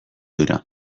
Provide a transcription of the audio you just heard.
dira